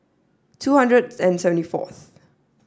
two hundred and seventy fourth